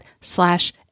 slash